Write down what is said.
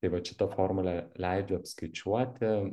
tai vat šita formulė leidžia apskaičiuoti